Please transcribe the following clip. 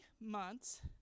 months